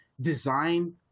design